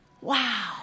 wow